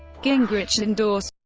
gingrich endorsed